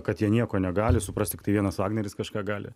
kad jie nieko negali suprasti tiktai vienas vagneris kažką gali